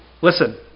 Listen